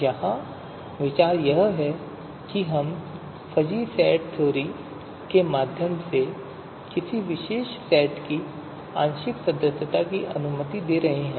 यहाँ विचार यह है कि हम फ़ज़ी सेट थ्योरी के माध्यम से किसी विशेष सेट की आंशिक सदस्यता की अनुमति दे रहे हैं